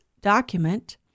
document